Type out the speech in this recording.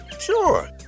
Sure